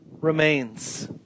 remains